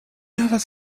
havas